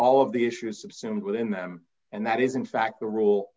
all of the issues of sumit within them and that is in fact the rule